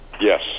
Yes